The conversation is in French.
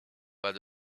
pas